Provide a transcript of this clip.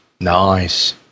Nice